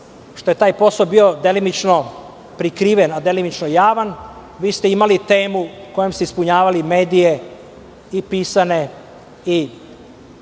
što je taj posao bio delimično prikriven, a delimično i javan. Imali ste temu kojom ste ispunjavali medije i pisane i